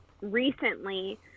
recently